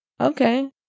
Okay